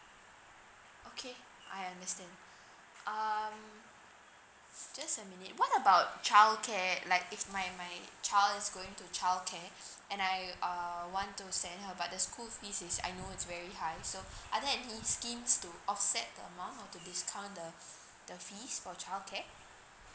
okay I understand um just a minute what about childcare like if my my child is going to childcare and I err want to send her but the school fees is I know it's very high so are there any schemes to offset the amount or to discount the the fees for childcare